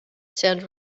sound